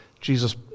Jesus